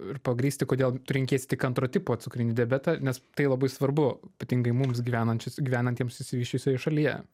ir pagrįsti kodėl tu renkiesi tik antro tipo cukrinį diabetą nes tai labai svarbu ypatingai mums gyvenančius gyvenantiems išsivysčiusioje šalyje